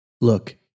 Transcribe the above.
Look